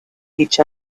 each